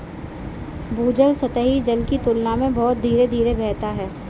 भूजल सतही जल की तुलना में बहुत धीरे धीरे बहता है